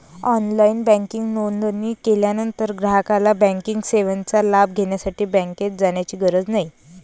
online banking नोंदणी केल्यानंतर ग्राहकाला बँकिंग सेवेचा लाभ घेण्यासाठी बँकेत जाण्याची गरज नाही